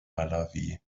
malawi